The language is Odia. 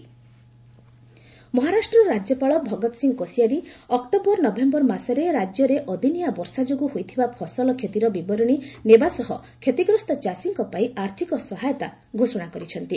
ମହା ଫାମର୍ସ ମହାରଷ୍ଟ୍ର ରାଜ୍ୟପାଳ ଭଗତ ସିଂହ କୋସିୟାରି ଅକ୍ଟୋବର ନଭେମ୍ବର ମାସରେ ରାଜ୍ୟରେ ଅଦିନିଆ ବର୍ଷା ଯୋଗୁଁ ହୋଇଥିବା ଫସଲ କ୍ଷତିର ବିବରଣୀ ନେବା ସହ କ୍ଷତିଗ୍ରସ୍ତ ଚାଷୀଙ୍କ ପାଇଁ ଆର୍ଥିକ ସହାୟତା ଘୋଷଣା କରିଛନ୍ତି